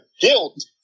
guilt